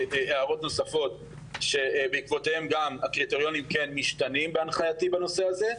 הערות נוספות שבעקבותיהן גם הקריטריונים כן משתנים בהנחייתי בנושא הזה,